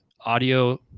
audio